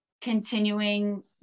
continuing